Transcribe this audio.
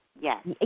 Yes